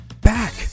back